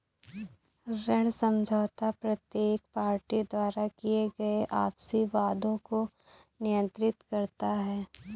ऋण समझौता प्रत्येक पार्टी द्वारा किए गए आपसी वादों को नियंत्रित करता है